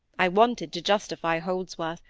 i wanted to justify holdsworth,